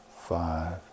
five